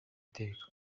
iteka